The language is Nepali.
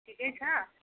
ठिकै छ